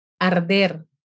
Arder